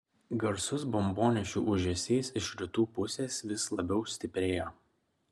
garsus bombonešių ūžesys iš rytų pusės vis labiau stiprėjo